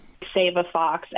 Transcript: Saveafox